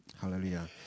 Hallelujah